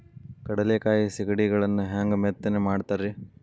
ಕಡಲೆಕಾಯಿ ಸಿಗಡಿಗಳನ್ನು ಹ್ಯಾಂಗ ಮೆತ್ತನೆ ಮಾಡ್ತಾರ ರೇ?